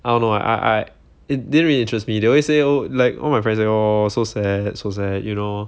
I don't know I I it didn't really interest me they always say oh like all my friends say !aww! so sad so sad you know